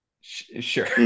Sure